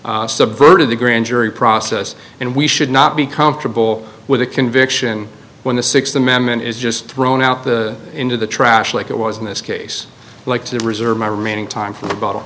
subverted the grand jury process and we should not be comfortable with a conviction when the sixth amendment is just thrown out the into the trash like it was in this case like to reserve my remaining time for the bott